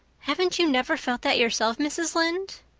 haven't you never felt that yourself, mrs. lynde?